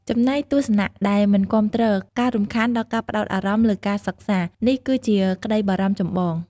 ចំណែកទស្សនៈដែលមិនគាំទ្រ ការរំខានដល់ការផ្តោតអារម្មណ៍លើការសិក្សារ នេះគឺជាក្តីបារម្ភចម្បង។